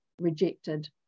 rejected